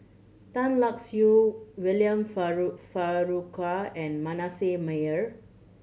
Tan Lark Sye William Farquhar and Manasseh Meyer